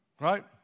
right